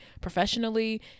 professionally